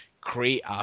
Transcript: create